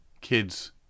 kids